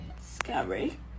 Scary